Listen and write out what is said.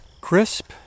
crisp